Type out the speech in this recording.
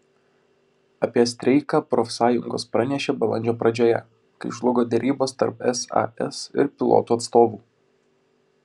apie streiką profsąjungos pranešė balandžio pradžioje kai žlugo derybos tarp sas ir pilotų atstovų